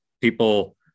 people